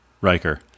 Riker